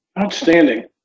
Outstanding